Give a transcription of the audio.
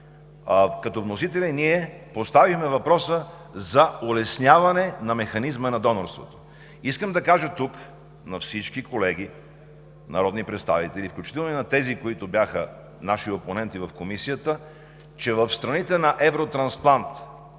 като вносители поставихме въпроса за улесняване на механизма на донорството. Искам да кажа тук на всички колеги народни представители, включително и на тези, които бяха наши опоненти в Комисията, че в страните на Евротрансплант